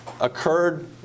occurred